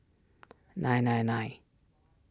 nine nine nine